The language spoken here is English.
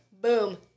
Boom